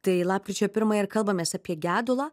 tai lapkričio pirmąją ir kalbamės apie gedulą